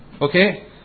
Okay